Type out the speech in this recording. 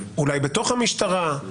אולי בתוך המשטרה,